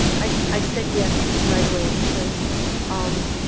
i so i said yes right away because um,